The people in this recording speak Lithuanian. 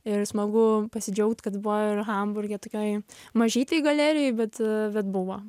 ir smagu pasidžiaugt kad buvo ir hamburge tokioj mažytėj galerijoj bet bet buvo